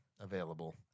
Available